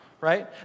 right